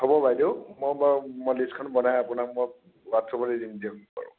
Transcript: হ'ব বাইদেউ মই বাৰু মই লিষ্টখন বনাই আপোনাক মই হোৱাটছএপতে দি দিম দিয়ক বাৰু